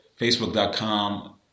facebook.com